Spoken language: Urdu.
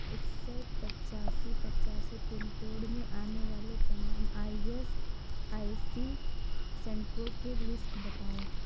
اکسٹھ پچاسی پچاسی پنکوڈ میں آنے والے تمام آئی ایس آئی سی سینٹروں کے لسٹ بتاؤ